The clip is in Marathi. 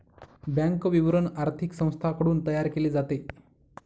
बँक विवरण आर्थिक संस्थांकडून तयार केले जाते